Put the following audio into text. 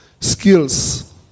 skills